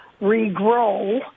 regrow